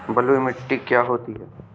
बलुइ मिट्टी क्या होती हैं?